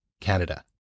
Canada